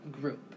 group